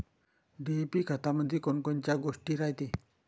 DAP खतामंदी कोनकोनच्या गोष्टी रायते?